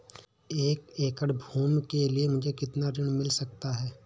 एक एकड़ भूमि के लिए मुझे कितना ऋण मिल सकता है?